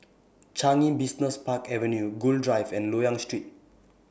Changi Business Park Avenue Gul Drive and Loyang Street